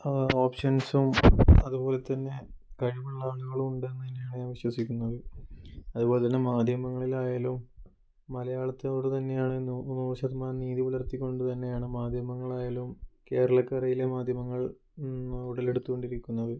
ഓപ്ഷൻസും അതുപോലെത്തന്നെ കഴിവുള്ള ആളുകളും ഉണ്ട് എന്നു തന്നെയാണ് ഞാൻ വിശ്വസിക്കുന്നത് അതേപോലെതന്നെ മാധ്യമങ്ങളിലായാലും മലയാളത്തോട് തന്നെയാണ് നൂറു ശതമാനം നീതി പുലർത്തിക്കൊണ്ട് തന്നെയാണ് മാധ്യമങ്ങളായാലും കേരളക്കരയിലെ മാധ്യമങ്ങൾ ഉടലെടുത്തുകൊണ്ടിരിക്കുന്നത്